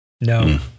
No